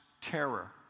terror